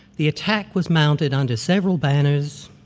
the attack was mounted on to several banners,